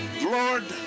Lord